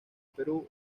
perú